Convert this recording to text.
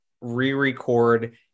re-record